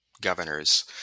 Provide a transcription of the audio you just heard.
governors